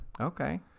okay